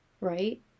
right